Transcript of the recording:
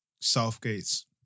Southgate's